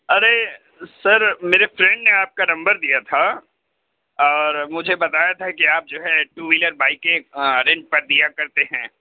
ارے sir میرے friend نے آپ کا نمبر دیا تھا اور مجھے بتایا تھا کہ آپ جو ہے ٹو وہیلر بائک کے رینٹ پر دیا کرتے ہیں